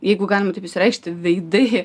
jeigu galim taip išsireikšti veidai